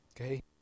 Okay